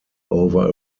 over